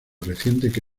recientemente